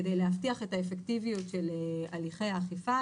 כדי להבטיח את האפקטיביות של הליכי האכיפה,